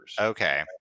Okay